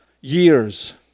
years